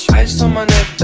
ice um on